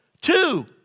two